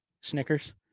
Snickers